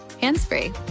hands-free